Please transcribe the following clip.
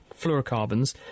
fluorocarbons